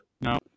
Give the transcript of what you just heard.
no